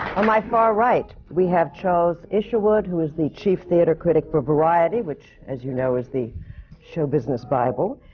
on my far right, we have charles isherwood, who is the chief theatre critic for variety, which, as you know, is the show business bible.